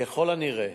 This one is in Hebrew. ככל הנראה,